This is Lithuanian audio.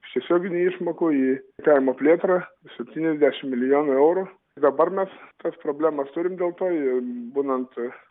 tiesioginių išmokų į kaimo plėtrą septyniasdešimt milijonų eurų dabar mes tas problemas turim dėl to būnant